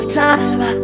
time